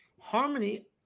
Harmony